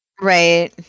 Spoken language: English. Right